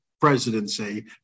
presidency